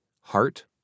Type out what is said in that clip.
Heart